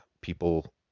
people